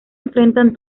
enfrentan